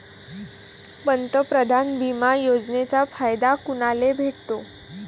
पंतप्रधान बिमा योजनेचा फायदा कुनाले भेटतो?